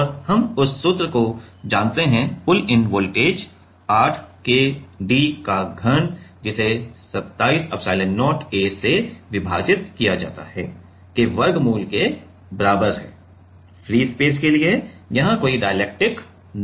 और हम उस सूत्र को जानते हैं pull in voltage 8 K d का घन जिसे 27 एप्सिलॉन0 A से विभाजित किया जाता है के वर्गमूल के बराबर होता है फ्री स्पेस के लिए यहाँ कोई डाइलेक्ट्रिक नहीं है